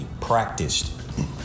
practiced